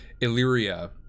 Illyria